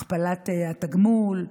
הכפלת התגמול,